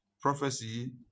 Prophecy